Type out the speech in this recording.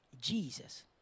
Jesus